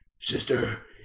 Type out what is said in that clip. Sister